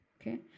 Okay